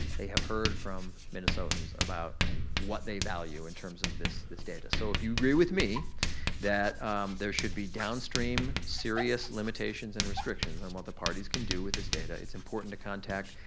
they have heard from minnesotans about what they value in terms of this this data. so, if you agree with me that there should be downstream serious limitations and restrictions on what the parties can do with this data, it's important to contact,